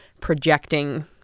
projecting